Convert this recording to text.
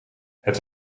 het